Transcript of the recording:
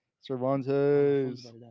Cervantes